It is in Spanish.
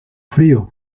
frío